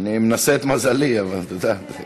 אני מנסה את מזלי, את יודעת.